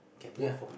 ya